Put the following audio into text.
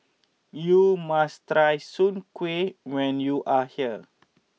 you must try Soon Kueh when you are here